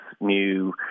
new